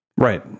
Right